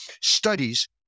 studies